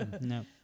No